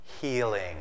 healing